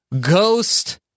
Ghost